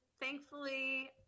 thankfully